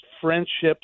friendships